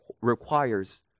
requires